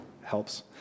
helps